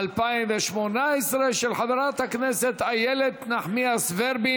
התשע"ח 2018, של חברת הכנסת איילת נחמיאס ורבין.